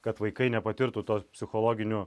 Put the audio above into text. kad vaikai nepatirtų to psichologinio